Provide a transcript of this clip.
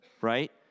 right